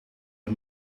het